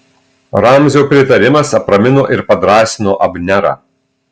ramzio pritarimas apramino ir padrąsino abnerą